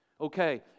okay